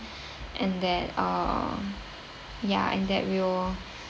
and that uh ya and that we'll